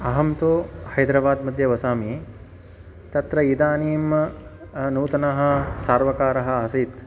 अहं तु हैद्राबादमध्ये वसामि तत्र इदानीं नूतनः सर्वकारः आसीत्